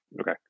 Okay